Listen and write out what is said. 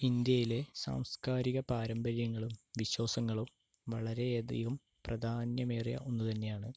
ഇന്ത്യയിലെ സാംസ്കാരിക പാരമ്പര്യങ്ങളും വിശ്വാസങ്ങളും വളരെയധികം പ്രാധാന്യമേറിയ ഒന്ന് തന്നെയാണ്